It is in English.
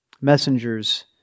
messengers